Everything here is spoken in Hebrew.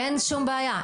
אין שום בעיה.